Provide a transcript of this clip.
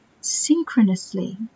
synchronously